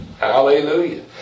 Hallelujah